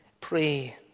pray